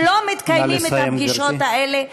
נא לסיים, גברתי.